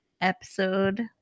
episode